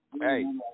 hey